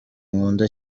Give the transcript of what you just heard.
nkunda